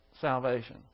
salvation